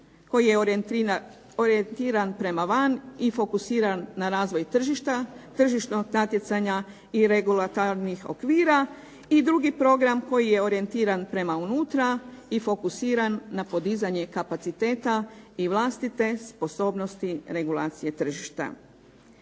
koji je orijentiran prema van i fokusiran na razvoj tržišta, tržišnog natjecanja i regulatornih okvira i drugi program koji je orijentiran prema unutra i fokusiran na podizanje kapaciteta i vlastite sposobnosti regulacije tržišta.